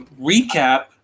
recap